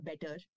better